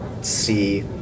see